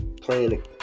playing